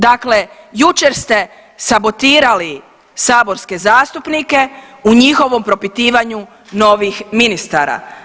Dakle, jučer ste sabotirali saborske zastupnike u njihovom propitivanju novih ministara.